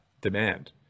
demand